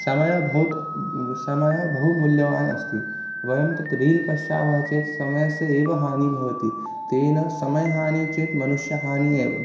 समयः भवति समयः बहु मूल्यवान् अस्ति वयं तत् रील् पश्यामः चेत् समयस्य एव हानिः भवति तेन समयहानिः चेत् मनुष्यहानिः एव